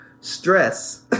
Stress